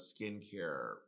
skincare